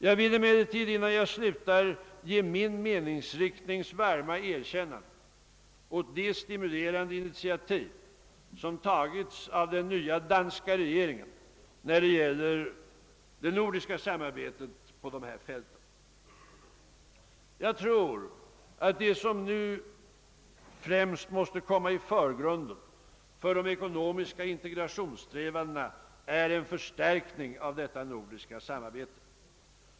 Jag vill emellertid innan jag slutar mitt anförande ge min meningsriktnings varma erkännande åt det stimulerande initiativ, som tagits av den nya danska regeringen när det gäller det nordiska samarbetet på dessa fält. Det som nu måste komma främst i förgrunden för de ekonomiska integrationssträvandena är en förstärkning av detta nordiska samarbete.